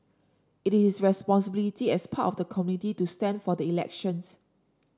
it is responsibility as part of the community to stand for the elections